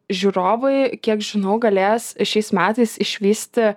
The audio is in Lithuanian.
žiūrovai kiek žinau galės šiais metais išvysti